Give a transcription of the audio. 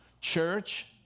church